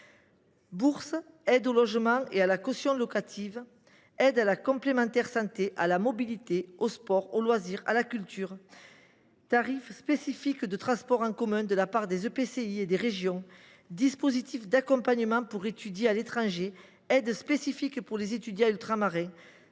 Bourses, aides au logement et à la caution locative, aides à la complémentaire santé, à la mobilité, au sport, aux loisirs ou à la culture, tarifs spécifiques de transports en commun décidés par des EPCI et des régions, dispositifs d’accompagnement pour étudier à l’étranger, aides spécifiques pour les étudiants ultramarins